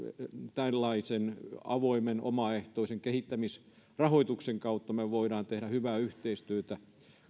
tällaisen avoimen omaehtoisen kehittämisrahoituksen kautta me voimme tehdä hyvää yhteistyötä